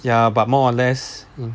ya but more or less hmm